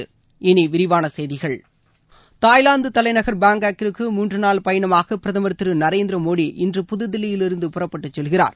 இனி விரிவான செய்திகள் தாய்லாந்து தலைநகர் பாங்காங்கிற்கு மூன்று நாள் பயணமாக பிரதமர் திரு நரேந்திர மோடி இன்று புதுதில்லியிலிருந்து புறப்பட்டுச் செல்கிறார்